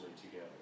together